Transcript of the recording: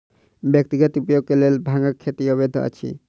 व्यक्तिगत उपयोग के लेल भांगक खेती अवैध अछि